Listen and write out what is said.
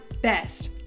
best